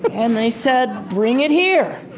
but and they said, bring it here.